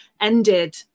ended